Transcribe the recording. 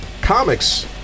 comics